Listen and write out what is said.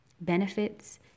Benefits